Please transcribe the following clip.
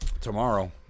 Tomorrow